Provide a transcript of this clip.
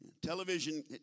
Television